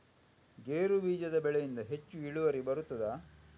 ಗೇರು ಬೀಜದ ಬೆಳೆಯಿಂದ ಹೆಚ್ಚು ಇಳುವರಿ ಬರುತ್ತದಾ?